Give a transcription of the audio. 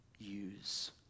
use